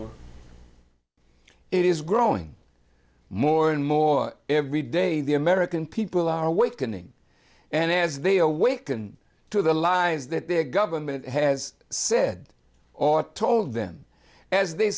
war it is growing more and more every day the american people are awakening and as they awaken to the lies that their government has said or told them as they